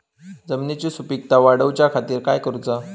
जमिनीची सुपीकता वाढवच्या खातीर काय करूचा?